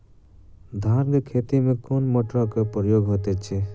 धान केँ खेती मे केँ मोटरक प्रयोग होइत अछि?